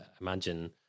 imagine